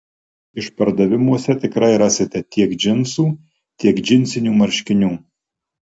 išpardavimuose tikrai rasite tiek džinsų tiek džinsinių marškinių